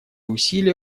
усилия